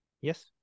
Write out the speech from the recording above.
Yes